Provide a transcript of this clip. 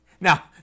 now